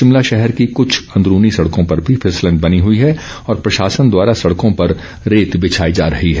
शिमला शहर की कुछ अंदरूनी सड़कों पर भी फिसलन बनी हुई है और प्रशासन द्वारा सड़कों पर रेत बिछाई जा रही है